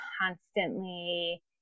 constantly